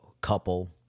couple